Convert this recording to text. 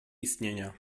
istnienia